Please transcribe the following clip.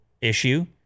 issue